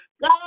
God